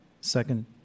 Second